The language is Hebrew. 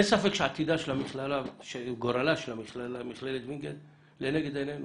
אין ספק שגורלה של מכללת וינגייט לנגד עינינו